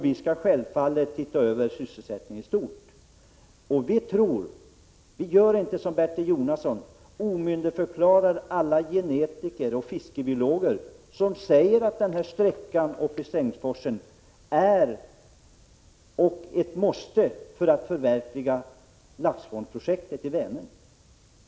Vi skall självfallet titta över sysselsättningen i stort, och vi gör inte som Bertil Jonasson och omyndigförklarar alla genetiker och fiskebiologer som säger att den här sträckan uppe i Strängsforsen är ett måste för att förverkliga projektet Laxfond för Vänern.